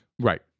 Right